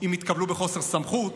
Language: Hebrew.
אם התקבלו בחוסר סמכות,